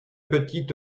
petite